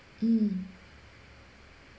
mm